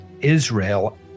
Israel